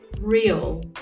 real